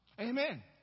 Amen